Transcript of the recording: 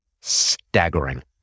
staggering